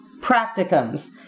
practicums